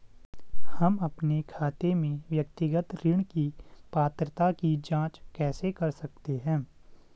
हम अपने खाते में व्यक्तिगत ऋण की पात्रता की जांच कैसे कर सकते हैं?